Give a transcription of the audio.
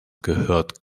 gehört